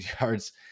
yards